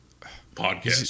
podcast